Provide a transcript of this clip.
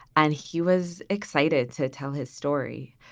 and he was excited to tell his story.